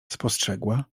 spostrzegła